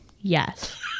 yes